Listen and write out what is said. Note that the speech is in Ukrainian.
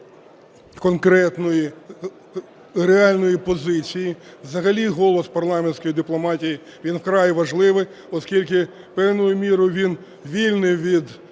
конкретної, реальної позиції. Взагалі голос парламентської дипломатії він вкрай важливий, оскільки певною мірою він вільний від